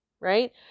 right